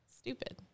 stupid